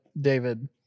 David